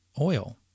oil